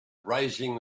raising